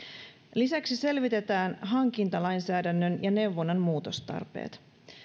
lisäksi selvitetään hankintalainsäädännön ja neuvonnan muutostarpeet